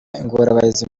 ingorabahizi